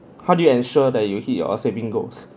how do you ensure that you hit your saving goals